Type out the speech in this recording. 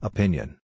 Opinion